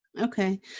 Okay